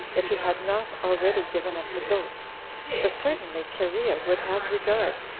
if he had not already given up the ghost for certainly cherea would have regard,